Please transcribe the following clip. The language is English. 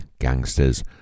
gangsters